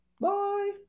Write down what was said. bye